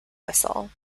whistle